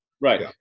Right